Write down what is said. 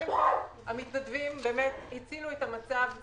קודם כל, המתנדבים באמת הצילו את המצב.